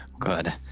good